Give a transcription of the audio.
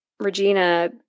Regina